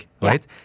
right